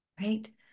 right